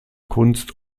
kunst